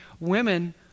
Women